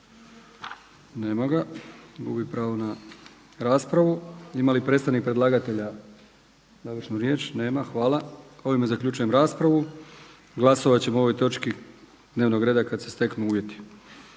Nema ga, gubi pravo na raspravu. Ima li predstavnik predlagatelja završnu riječ? Nema. hvala. Ovime zaključujem raspravu. Glasovat ćemo o ovoj točki dnevnog reda kada se steknu uvjeti.